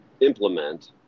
implement